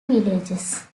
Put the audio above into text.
villages